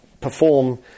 perform